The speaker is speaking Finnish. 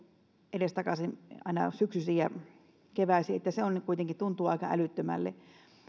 edestakaisin aina syksyisin ja keväisin koska se kuitenkin tuntuu aika älyttömälle